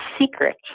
secret